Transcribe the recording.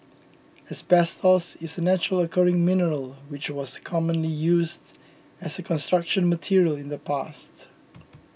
asbestos is a naturally occurring mineral which was commonly used as a Construction Material in the past